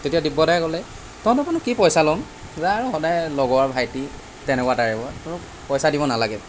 তেতিয়া দিব্যদাই ক'লে তহঁতৰ পৰানো কি পইচা ল'ম যা আৰু সদায় লগৰ ভাইটি তেনেকুৱা টাইপৰ তই মোক পইচা দিব নালাগে